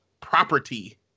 property